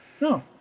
No